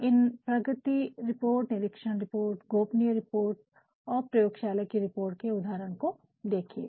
इन प्रगति रिपोर्ट निरिक्षण रिपोर्ट गोपनीय रिपोर्ट और प्रयोगशाला की रिपोर्ट के उदाहरण को देखिये